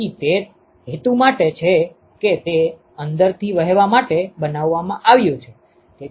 તેથી તે તે હેતુ માટે છે કે તે અંદરથી વહેવા માટે બનાવવામાં આવ્યું છે